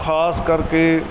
ਖਾਸ ਕਰਕੇ